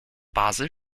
basel